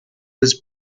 was